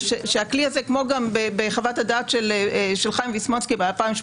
כמו גם בחוות-הדעת של חיים ויסמונסקי ב-2018